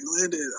landed